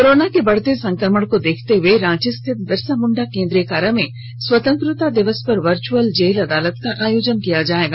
corona के बढ़ते संक्रमण को देखते हुए रांची स्थित बिरसा मुंडा केंद्रीय कारा में स्वतंत्रता दिवस पर वर्चअल जेल अदालत का आयोजन किया जाएगा